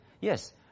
Yes